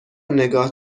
نگاه